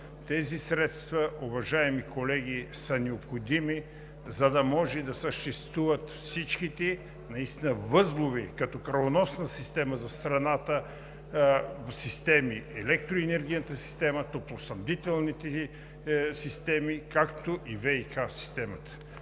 Тези средства, уважаеми колеги, са необходими, за да може да съществуват всичките наистина възлови – като кръвоносна система за страната, електроенергийната система, топлоснабдителните системи, както и ВиК системата.